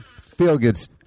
feel-good